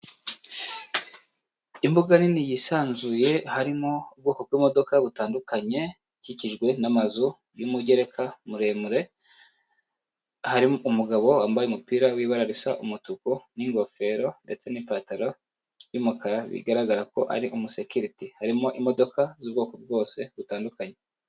Imbuga nini yisanzuye harimo ubwoko bw'imodoka butandukanye ikikijwe n'amazu y'umugereka muremure, harimo umugabo wambaye umupira w'ibara risa umutuku n'ingofero ndetse n'ipantaro y'umukara bigaragara ko ari umusekirite harimo imodoka z'ubwoko bwose butandukanye.